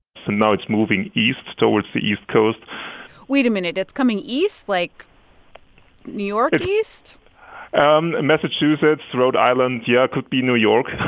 so now it's moving east towards the east coast wait a minute. it's coming east, like new york and east um massachusetts, rhode island yeah, could be new york.